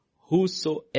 Whosoever